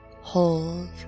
hold